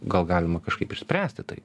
gal galima kažkaip išspręsti tai